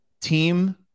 team